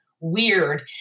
weird